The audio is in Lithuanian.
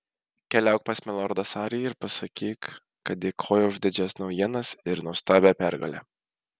keliauk pas milordą sarį ir pasakyk kad dėkoju už didžias naujienas ir nuostabią pergalę